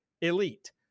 elite